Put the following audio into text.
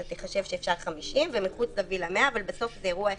תחשב שאפשר 50 ומחוץ לווילה 100 אבל בסוף זה אירוע אחד,